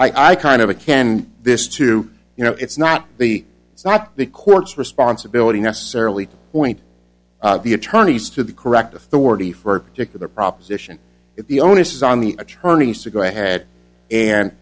i i kind of a can this to you know it's not the it's not the courts responsibility necessarily point the attorneys to the correct authority for particular proposition if the onus is on the attorneys to go ahead and